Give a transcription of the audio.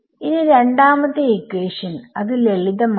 ഇനി രണ്ടാമത്തെ ഇക്വേഷൻ അത് ലളിതമാണ്